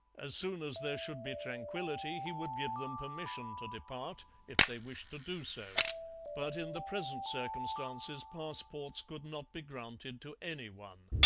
as soon as there should be tranquillity he would give them permission to depart, if they wished to do so but in the present circumstances passports could not be granted to any one.